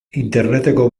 interneteko